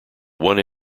one